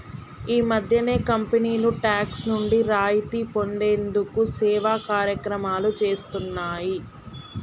ఈ మధ్యనే కంపెనీలు టాక్స్ నుండి రాయితీ పొందేందుకు సేవా కార్యక్రమాలు చేస్తున్నాయి